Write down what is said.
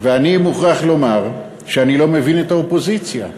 ואני מוכרח לומר שאני לא מבין את האופוזיציה.